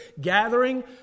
gathering